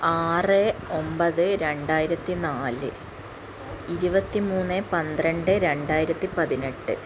ആറ് ഒൻപത് രണ്ടായിരത്തി നാല് ഇരുപത്തി മൂന്ന് പന്ത്രണ്ട് രണ്ടായിരത്തി പതിനെട്ട്